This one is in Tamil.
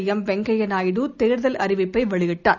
ளம் வெங்கய்யா நாயுடு தேர்தல் அறிவிப்பை வெளியிட்டார்